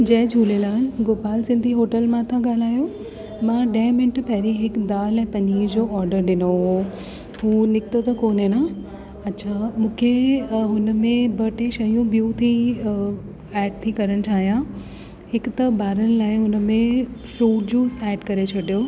जय Jhulelal Gopal Sindhi hotel मां था ॻाल्हायो मां ॾह मिंट पहिरियों हिकु दालि ऐं पनीर जो ऑडर ॾिनो हुओ हो निकितो त कोन्हे न अच्छा मूंखे उन में ॿ टे शयूं ॿियूं ती एड थी करणु चाहियां हिकु त ॿारनि लाइ हुन में फ्रूट जूस एड करे छॾियो